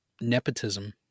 Nepotism